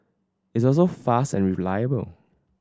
it's also fast and reliable